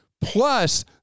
plus